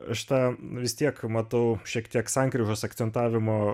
aš tą nu vis tiek matau šiek tiek sankryžos akcentavimo